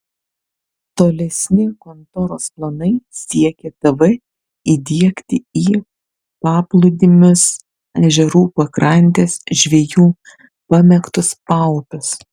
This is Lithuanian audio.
tolesni kontoros planai siekė tv įdiegti į paplūdimius ežerų pakrantes žvejų pamėgtus paupius